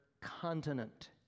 continent